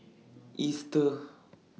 Easter